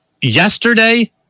yesterday